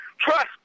Trust